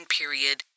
period